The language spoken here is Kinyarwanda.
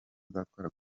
uzatwara